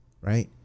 Right